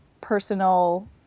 personal